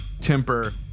temper